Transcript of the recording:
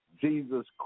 Jesus